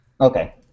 Okay